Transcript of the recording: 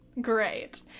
Great